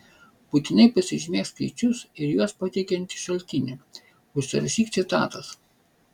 būtinai pasižymėk skaičius ir juos pateikiantį šaltinį užsirašyk citatas